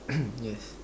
yes